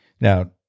Now